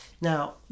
Now